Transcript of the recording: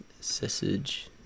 Sausage